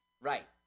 Right